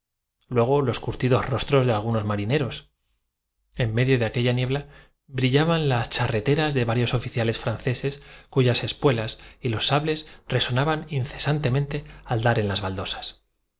luego los curtidos rostros de algunos al llegar aquí debo hacer observar marineros en medio de aquella niebla brillaban las charreteras de a ustedesdijo hermann in tarios oficiales terrumpiéndose que nunca he sabido el verdadero nombre ni la histo franceses cuyas espuelas y los sables resonaban ince ria de aquel desconocido únicamente se santemente al dar en las baldosas